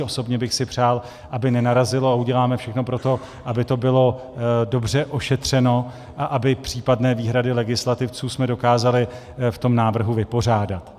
Osobně bych si přál, aby nenarazilo, a uděláme všechno pro to, aby to bylo dobře ošetřeno a abychom případné výhrady legislativců dokázali v tom návrhu vypořádat.